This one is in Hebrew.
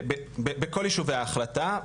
בכל יישובי ההחלטה,